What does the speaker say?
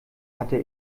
hatte